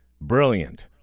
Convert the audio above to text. brilliant